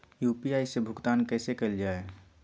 UPI से भुगतान कैसे कैल जहै?